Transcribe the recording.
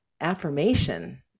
affirmation